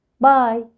Bye